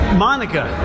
Monica